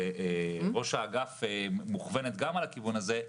וראש האגף מוכוונת גם לכיוון הזה,